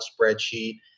spreadsheet